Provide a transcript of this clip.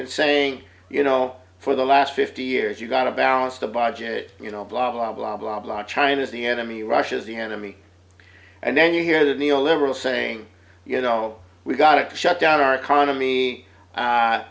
been saying you know for the last fifty years you've got to balance the budget you know blah blah blah blah blah china is the enemy russia is the enemy and then you hear the neo liberal saying you know we've got to shut down our economy